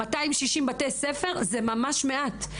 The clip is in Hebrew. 260 בתי ספר זה ממש מעט,